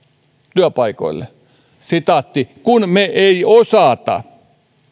työpaikoille kun me ei osata